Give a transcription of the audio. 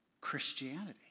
Christianity